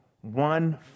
one